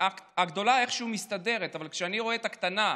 הגדולה איכשהו מסתדרת, אבל כשאני רואה את הקטנה,